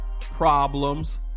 problems